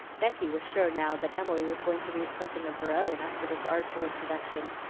becky was sure now that emily was going to read something of her own after this artful introduction,